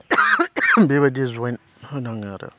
बेबायदि जइन होनाङो आरो